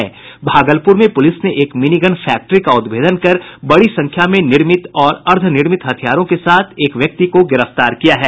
भागलपुर में पुलिस ने एक मिनीगन फैक्ट्री का उद्भेदन कर बड़ी संख्या में निर्मित और अर्द्वनिर्मित हथियारों के साथ एक व्यक्ति को गिरफ्तार किया है